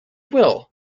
will